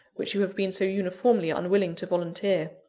which you have been so uniformly unwilling to volunteer.